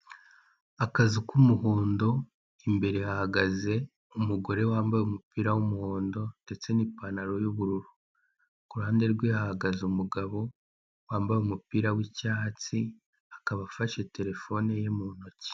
Akazu k'umuhondo, imbere hahagaze umugore wambaye umupira w'umuhondo ndetse n'ipantaro y'ubururu ku ruhande rwe hahagaze umugabo wambaye umupira w'icyatsi, akaba afashe telefone ye mu ntoki.